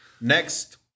next